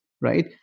Right